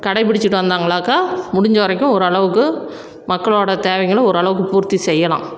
கடைபிடிச்சிட்டு வந்தாங்களாக்கா முடிஞ்ச வரைக்கும் ஓரளவுக்கு மக்களோட தேவைகள ஓரளவுக்கு பூர்த்தி செய்யலாம்